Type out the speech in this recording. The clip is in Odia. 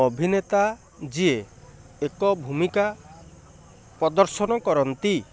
ଅଭିନେତା ଯିଏ ଏକ ଭୂମିକା ପ୍ରଦର୍ଶନ କରନ୍ତି